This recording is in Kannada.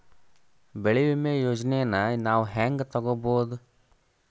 ಬೆಳಿ ವಿಮೆ ಯೋಜನೆನ ನಾವ್ ಹೆಂಗ್ ತೊಗೊಬೋದ್?